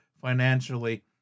financially